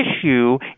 issue